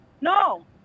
No